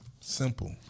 simple